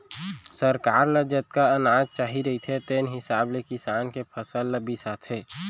सरकार ल जतका अनाज चाही रहिथे तेन हिसाब ले किसान के फसल ल बिसाथे